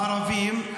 הערבים,